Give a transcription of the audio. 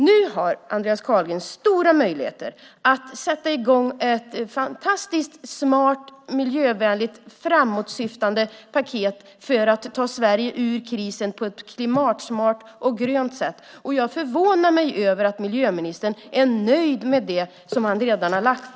Nu har Andreas Carlgren stora möjligheter att sätta i gång ett fantastiskt smart, miljövänligt och framåtsyftande paket för att ta Sverige ur krisen på ett klimatsmart och grönt sätt. Jag är förvånad över att miljöministern är nöjd med de förslag som han redan har lagt.